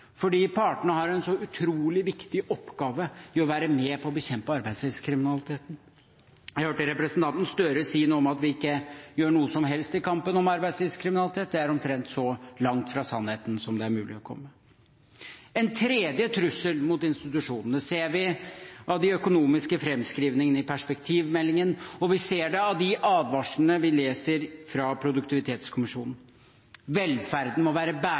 fordi partene har en så utrolig viktig oppgave i å være med på å bekjempe arbeidslivskriminaliteten. Jeg hørte representanten Gahr Støre si noe om at vi ikke gjør noe som helst i kampen mot arbeidslivskriminalitet. Det er omtrent så langt fra sannheten som det er mulig å komme. En tredje trussel mot institusjonene ser vi av de økonomiske framskrivningene i perspektivmeldingen, og vi ser det av de advarslene vi leser fra Produktivitetskommisjonen. Velferden må være